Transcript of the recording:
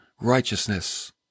righteousness